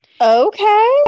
Okay